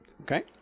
Okay